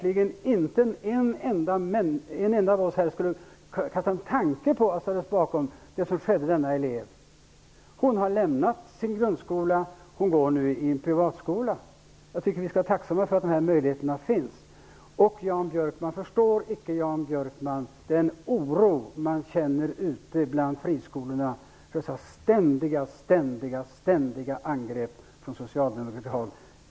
Ingen enda av oss skulle kunna få en tanke på att ställa oss bakom det som skedde denna elev. Hon har lämnat sin grundskola och går nu i en privatskola. Jag tycker vi skall vara tacksamma för att denna möjlighet finns. Förstår icke Jan Björkman den oro man känner ute bland friskolorna för dessa ständiga angrepp från socialdemokratiskt håll?